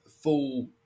full